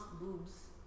boobs